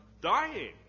dying